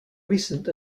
recent